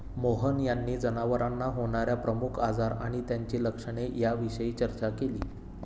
मोहन यांनी जनावरांना होणार्या प्रमुख आजार आणि त्यांची लक्षणे याविषयी चर्चा केली